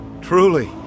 Truly